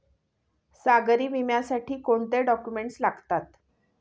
सागरी विम्यासाठी कोणते डॉक्युमेंट्स लागतात?